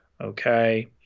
Okay